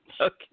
Okay